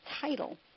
title